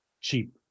cheap